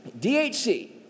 DHC